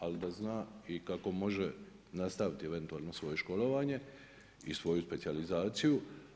Ali da zna i kako može nastaviti eventualno svoje školovanje i svoju specijalizaciju.